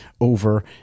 over